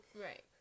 Right